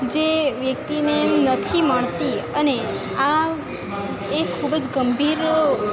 જે વ્યક્તિને એવી નથી મળતી અને આ એ ખૂબ જ ગંભીર